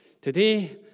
Today